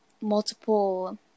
multiple